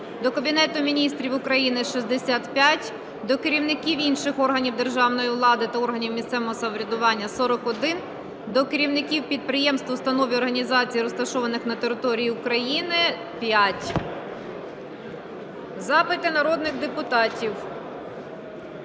до Кабінету Міністрів України – 65; до керівників інших органів державної влади та органів місцевого самоврядування – 41; до керівників підприємств, установ і організацій, розташованих на території України – 5. Запити народних депутатів.